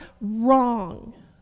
wrong